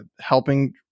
helping